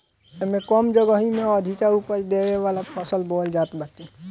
एमे कम जगही में अधिका उपज देवे वाला फसल बोअल जात बाटे